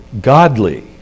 godly